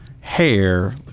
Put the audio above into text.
hair